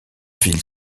ville